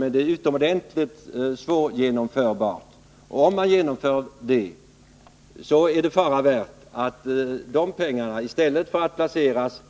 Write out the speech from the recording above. Men det är utomordentligt svårt att genomföra åtgärderna, och om man gör det är det fara värt att pengarna konsumeras i stället för att placeras